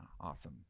Awesome